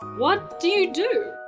what do you do?